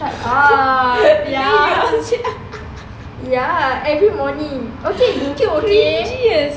shut up diam ya every morning